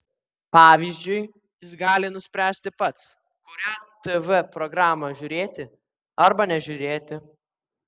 pavyzdžiui jis gali nuspręsti pats kurią tv programą žiūrėti arba nežiūrėti